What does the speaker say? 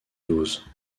doses